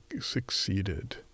succeeded